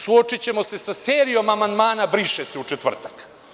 Suočićemo se sa serijom amandmana „briše se“ u četvrtak.